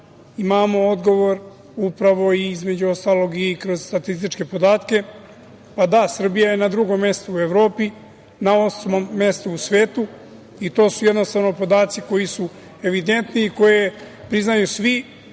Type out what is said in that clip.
imamo odgovor upravo i kroz statističke podatke. Da, Srbija je na drugom mestu u Evropi, na osmom mestu u svetu i to su jednostavno podaci koji su evidentni i koje priznaju svi.